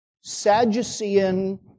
Sadducean